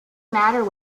matter